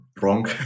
Wrong